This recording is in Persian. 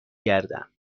گردم